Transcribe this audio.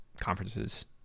conferences